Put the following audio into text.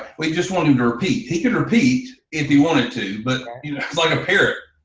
we just want him to repeat. he could repeat, if he wanted to, but you know its like a pair,